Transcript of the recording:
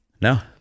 No